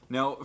Now